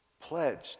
pledged